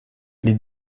les